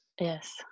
yes